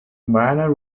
mariner